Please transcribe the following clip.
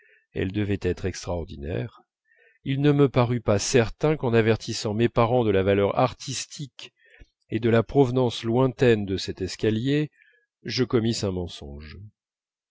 elles devaient être extraordinaires il ne me parut pas certain qu'en avertissant mes parents de leur valeur artistique et de la provenance lointaine de cet escalier je commisse un mensonge